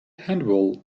handball